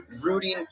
rooting